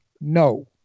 no